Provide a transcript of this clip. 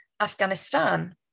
Afghanistan